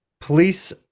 police